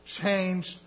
Changed